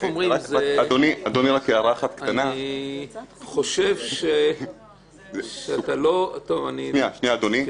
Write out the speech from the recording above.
אני חושב שאתה לא -- אדוני,